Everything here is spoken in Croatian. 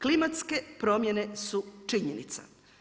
Klimatske promjene su činjenica.